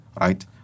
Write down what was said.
right